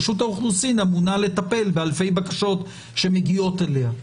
רשות האוכלוסין אמונה על טיפול באלפי בקשות שמגיעות אליה.